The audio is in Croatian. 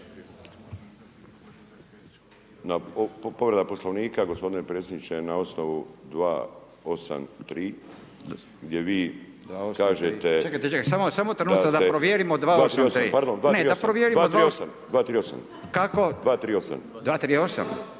Povreda Poslovnika gospodine predsjedničke je na osnovu 283. gdje vi kažete …/Upadica: Čekajte, čekajte samo trenutak da provjerimo 283./… 238. pardon, 238.